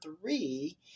three